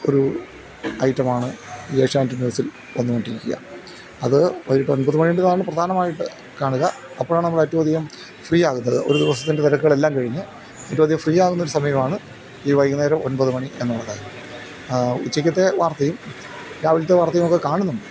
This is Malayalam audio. ഒരു ഐറ്റമാണ് ഈ ഏഷ്യാനെറ്റ് ന്യൂസിൽ വന്നുകൊണ്ടിരിക്കുക അത് വൈകീട്ട് ഒൻപത് മണിൻ്റെതാണ് പ്രധാനമായിട്ട് കാണുക അപ്പോഴാണ് നമ്മൾ എറ്റവും അധികം ഫ്രീ ആകുന്നത് ഒരു ദിവസത്തിൻ്റെ തിരക്കുകളെല്ലാം കഴിഞ്ഞ് ഏറ്റവും അധികം ഫ്രീയാകുന്ന ഒരു സമയമാണ് ഈ വൈകുന്നേരം ഒൻപത് മണി എന്നുള്ളത് ഉച്ചയ്ക്കത്തെ വാർത്തയും രാവിലത്തെ വാർത്തയും ഒക്കെ കാണുന്നുണ്ട്